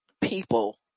people